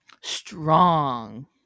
Strong